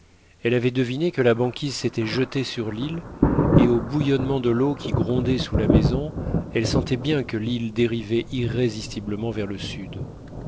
elle avait deviné que la banquise s'était jetée sur l'île et aux bouillonnements de l'eau qui grondait sous la maison elle sentait bien que l'île dérivait irrésistiblement vers le sud